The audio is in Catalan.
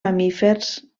mamífers